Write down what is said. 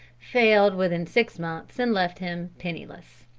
failed within six months and left him penniless.